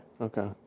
okay